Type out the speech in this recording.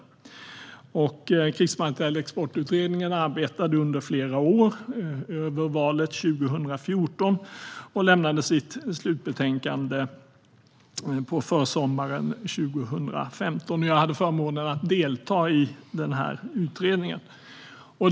Krigsmaterielexportutredningen arbetade under flera år och över valet 2014, och den lämnade sitt slutbetänkande på försommaren 2015. Jag hade förmånen att delta i denna utredning. Herr talman!